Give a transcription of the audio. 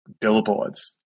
billboards